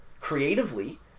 creatively